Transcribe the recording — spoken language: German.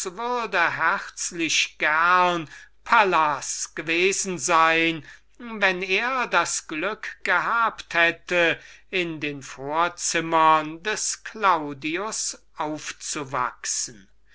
philistus würde pallas gewesen sein wenn er das glück gehabt hätte in den vorzimmern eines claudius